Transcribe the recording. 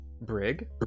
brig